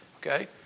Okay